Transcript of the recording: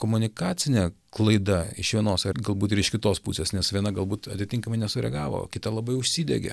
komunikacinė klaida iš vienos galbūt ir iš kitos pusės nes viena galbūt atitinkamai nesureagavo kita labai užsidegė